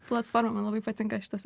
platforma labai patinka šitas